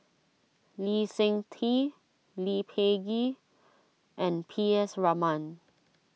Lee Seng Tee Lee Peh Gee and P S Raman